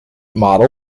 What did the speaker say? model